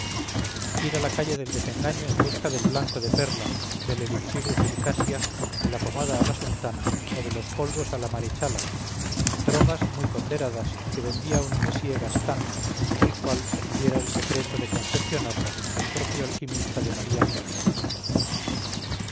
ir a la calle del desengaño en busca del blanco de perla del elixir de circasia de la pomada a la sultana o de los polvos a la marechala drogas muy ponderadas que vendía un monsieur gastan el cual recibiera el secreto de confeccionarlas del propio alquimista de maría antonieta